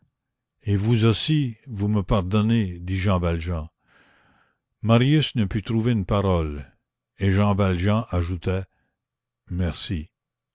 et vous aussi vous me pardonnez dit jean valjean marius ne put trouver une parole et jean valjean ajouta merci